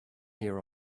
hear